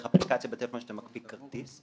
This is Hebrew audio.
אפליקציה בטלפון כשאתה מקפיא כרטיס.